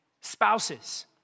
spouses